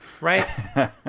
right